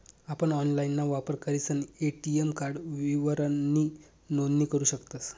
आपण ऑनलाइनना वापर करीसन ए.टी.एम कार्ड विवरणनी नोंदणी करू शकतस